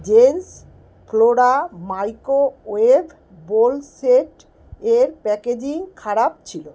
gents Flora microwave bowl set এর packaging খারাপ ছিল